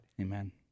Amen